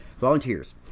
volunteers